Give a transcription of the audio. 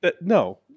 No